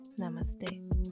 Namaste